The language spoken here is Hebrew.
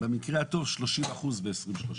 במקרה הטוב 30% ב-2030.